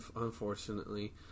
unfortunately